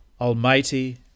Almighty